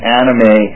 anime